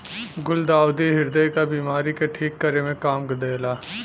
गुलदाउदी ह्रदय क बिमारी के ठीक करे में काम देला